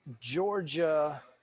Georgia